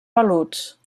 peluts